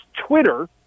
Twitter